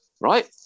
right